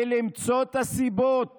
ולמצוא את הסיבות